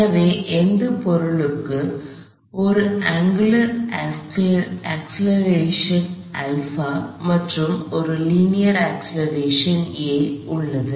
எனவே இந்த பொருளுக்கு ஒரு அங்குலார் அக்ஸ்லெரேஷன் α மற்றும் லீனியர் அக்ஸ்லெரேஷன் a உள்ளது